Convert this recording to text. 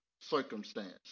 circumstance